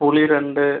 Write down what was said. புளி ரெண்டு